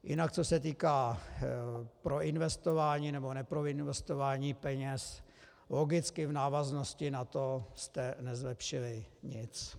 Jinak co se týká proinvestování nebo neproinvestování peněz, logicky v návaznosti na to jste nezlepšili nic.